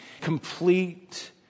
complete